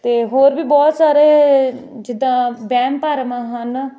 ਅਤੇ ਹੋਰ ਵੀ ਬਹੁਤ ਸਾਰੇ ਜਿੱਦਾਂ ਵਹਿਮ ਭਰਮ ਹਨ